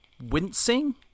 wincing